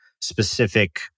specific